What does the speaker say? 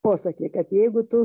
posakį kad jeigu tu